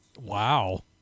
Wow